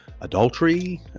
adultery